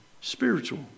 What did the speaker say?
spiritual